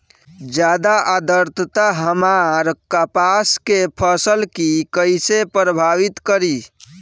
ज्यादा आद्रता हमार कपास के फसल कि कइसे प्रभावित करी?